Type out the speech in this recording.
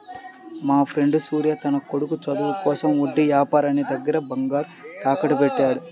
మాఫ్రెండు సూర్య తన కొడుకు చదువుల కోసం వడ్డీ యాపారి దగ్గర బంగారాన్ని తాకట్టుబెట్టాడు